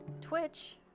Twitch